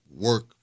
work